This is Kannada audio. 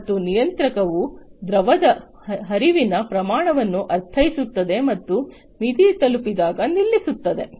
ಮತ್ತು ನಿಯಂತ್ರಕವು ದ್ರವದ ಹರಿವಿನ ಪ್ರಮಾಣವನ್ನು ಅರ್ಥೈಸುತ್ತದೆ ಮತ್ತು ಮಿತಿ ತಲುಪಿದಾಗ ನಿಲ್ಲಿಸುತ್ತದೆ